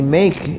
make